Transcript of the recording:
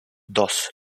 dos